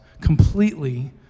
completely